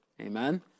Amen